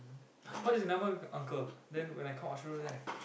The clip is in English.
what is number uncle then when I come Orchard-Road then I